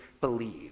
believe